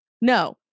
No